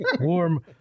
Warm